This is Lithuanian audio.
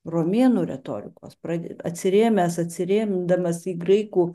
romėnų retorikos prade atsirėmęs atsiremdamas į graikų